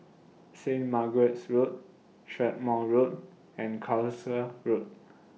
Saint Margaret's Road Strathmore Road and Carlisle Road